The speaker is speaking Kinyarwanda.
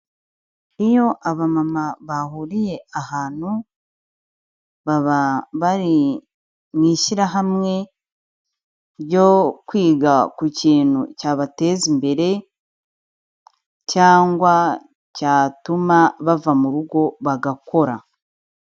Iyo abamama bahuriye ahantu, baba bari mu ishyirahamwe ryo kwiga ku kintu cyabateza imbere cyangwa cyatuma bava mu rugo bagakora.